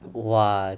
!wah!